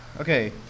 okay